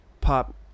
pop